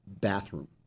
bathroom